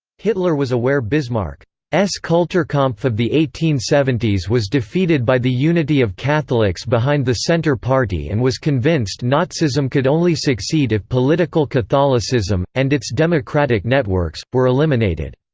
hitler was aware bismarck's kulturkampf of the eighteen seventy s was defeated by the unity of catholics behind the centre party and was convinced nazism could only succeed if political catholicism, and its democratic networks, were eliminated.